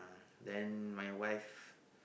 then my wife